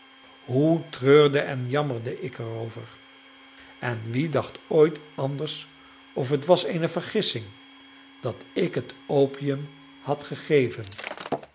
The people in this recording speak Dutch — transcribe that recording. hoe treurde en jammerde ik er over en wie dacht ooit anders of het was eene vergissing dat ik het opium had gegeven